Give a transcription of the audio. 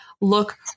look